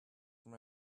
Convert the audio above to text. from